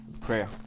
prayer